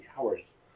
hours